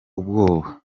ubwoba